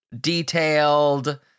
detailed